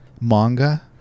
manga